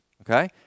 okay